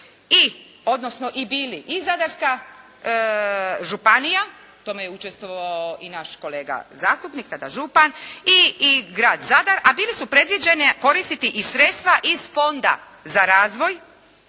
predloženi, su bili i Zadarska županija, u tome je učestvovao i naš kolega zastupnik tada župan, i bili su predviđene koristiti i sredstva iz Fonda za razvoj,